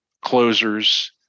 closers